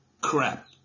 crap